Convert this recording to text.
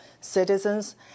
citizens